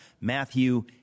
Matthew